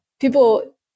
people